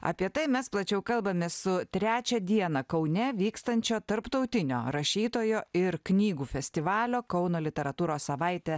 apie tai mes plačiau kalbamės su trečią dieną kaune vykstančio tarptautinio rašytojo ir knygų festivalio kauno literatūros savaite